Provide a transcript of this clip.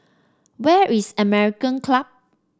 where is American Club